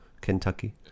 Kentucky